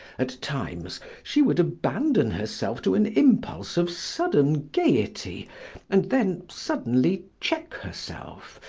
at times, she would abandon herself to an impulse of sudden gaiety and then suddenly check herself,